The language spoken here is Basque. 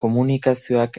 komunikazioak